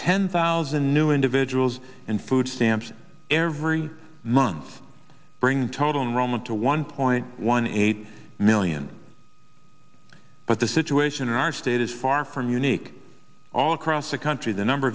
ten thousand new individuals and food stamps every month bringing total neuroma to one point one eight million but the situation in our state is far from unique all across the country the number